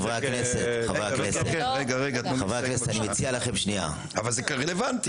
חברי הכנסת, אני מציע לכם --- אבל זה רלוונטי.